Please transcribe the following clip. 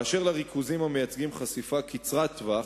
אשר לריכוזים המייצגים חשיפה קצרת טווח,